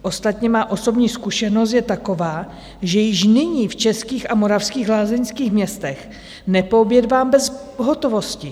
Ostatně má osobní zkušenost je taková, že již nyní v českých a moravských lázeňských městech nepoobědvám bez pohotovosti.